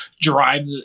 drive